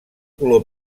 color